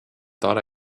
thought